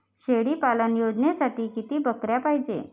शेळी पालन योजनेसाठी किती बकऱ्या पायजे?